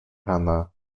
hana